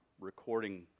recording